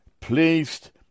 placed